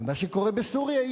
ומה שקורה בסוריה,